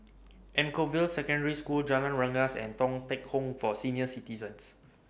Anchorvale Secondary School Jalan Rengas and Thong Teck Home For Senior Citizens